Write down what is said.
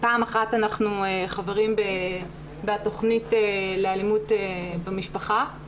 פעם אחת אנחנו חברים בתכנית לאלימות במשפחה,